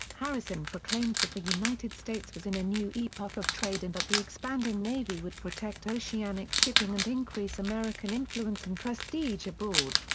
harrison proclaimed that the united states was in a new epoch of trade and that the expanding navy would protect oceanic shipping and increase american influence and prestige abroad.